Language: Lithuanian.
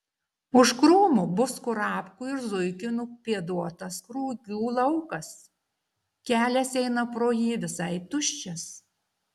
už krūmų bus kurapkų ir zuikių nupėduotas rugių laukas kelias eina pro jį visai tuščias